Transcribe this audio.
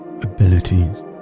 abilities